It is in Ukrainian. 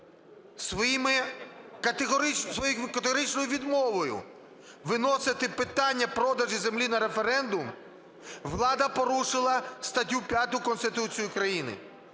Своєю категоричною відмовою виносити питання продажу землі на референдум влада порушила статтю 5 Конституції України.